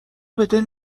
بدل